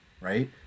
Right